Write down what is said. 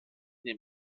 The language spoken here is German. den